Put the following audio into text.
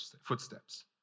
footsteps